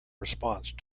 response